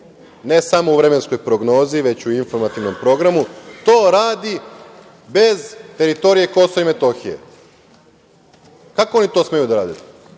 ne samo u vremenskoj prognozi, već i u informativnom programu, to radi bez teritorije KiM? Kako oni to smeju da rade?